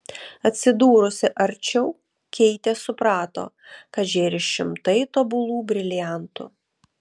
atsidūrusi arčiau keitė suprato kad žėri šimtai tobulų briliantų